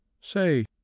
Say